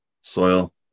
soil